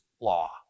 law